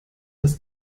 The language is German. dass